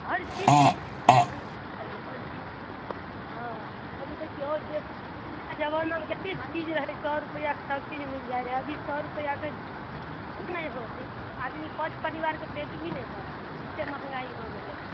हर चीजके दाम बढ़ल हइ हर चीजके हँ अभी देखिऔ जे पहिले जबानामे केतेक चीज रहै सए रुपैआके सब चीज मिल जाइ रहै अभी सए रुपआके किछु नहि होत आदमी पाँच परिवारके पेट भी नहि भरत एतेक महङ्गाइ हो गेलै हँ